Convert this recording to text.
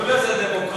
קוראים לזה דמוקרטיה,